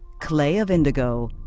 clay of indigo.